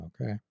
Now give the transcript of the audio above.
Okay